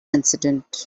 incident